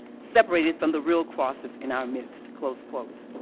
separated from the real crosses in our midst, close quote.